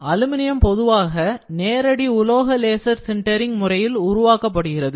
aluminium பொதுவாக நேரடி உலோக லேசர் சின்டரிங் முறையில் உருவாக்கப்படுகிறது